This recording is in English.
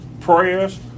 prayers